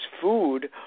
food